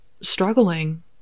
struggling